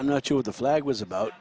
i'm not sure what the flag was about